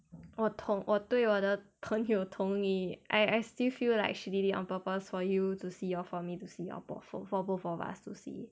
我同我对我的友同你 I I still feel like she did it on purpose for you to see or for me to see or for both of us to see